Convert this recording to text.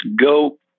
go